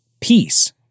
peace